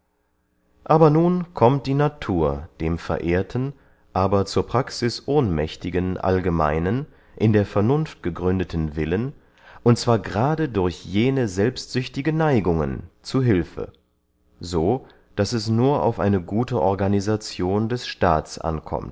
aber nun kommt die natur dem verehrten aber zur praxis ohnmächtigen allgemeinen in der vernunft gegründeten willen und zwar gerade durch jene selbstsüchtige neigungen zu hülfe so daß es nur auf eine gute organisation des